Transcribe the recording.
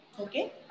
Okay